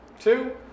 Two